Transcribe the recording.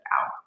out